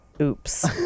oops